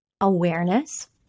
awareness